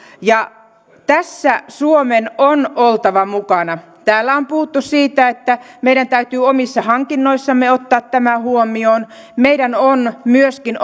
ja tässä suomen on oltava mukana täällä on puhuttu siitä että meidän täytyy omissa hankinnoissamme ottaa tämä huomioon ja meidän on myöskin